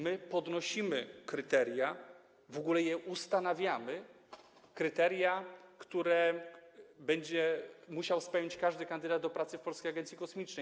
My podnosimy kryteria, w ogóle ustanawiamy kryteria, które będzie musiał spełnić każdy kandydat do pracy w Polskiej Agencji Kosmicznej.